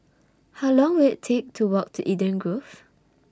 How Long Will IT Take to Walk to Eden Grove